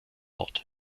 ort